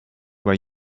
were